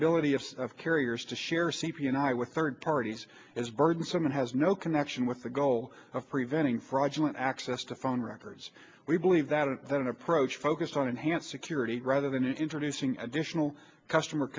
ability of carriers to share c p and i with third parties is burdensome and has no connection with the goal of preventing fraudulent access to phone records we believe that that approach focus on enhanced security rather than introducing additional customer